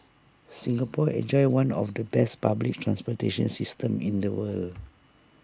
Singapore enjoys one of the best public transportation systems in the world